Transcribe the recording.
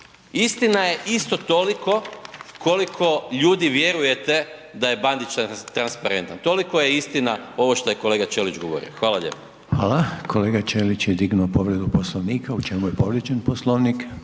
Istina je isto toliko koliko ljudi vjerujete da je Bandić transparentan toliko je istina ovo što je kolega Ćelić govorio. Hvala lijepo. **Reiner, Željko (HDZ)** Hvala. Kolega Ćelić je dignuo povredu Poslovnika. U čemu je povrijeđen Poslovnik?